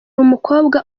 umukobwa